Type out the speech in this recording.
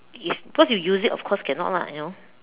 it's because if you use it of course cannot lah you know